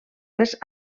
les